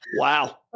Wow